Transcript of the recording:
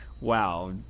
Wow